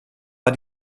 war